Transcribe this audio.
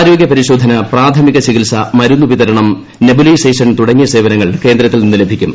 ആരോഗ്യ പരിശോധന പ്രാഥമിക ചികിത്സ മരുന്ന് വിതരണം നെബുലൈസേഷൻ തുടങ്ങിയ സേവനങ്ങൾ കേന്ദ്രത്തിൽ നിന്ന് ലഭിക്കും